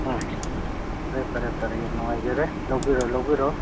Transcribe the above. ꯎꯝ ꯐꯔꯦ ꯐꯔꯦ ꯐꯔꯦ ꯌꯥꯝ ꯅꯨꯡꯉꯥꯏꯖꯔꯦ ꯂꯧꯕꯤꯔꯣ ꯂꯧꯕꯤꯔꯣ